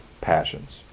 passions